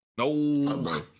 No